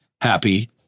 Happy